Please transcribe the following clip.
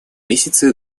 месяце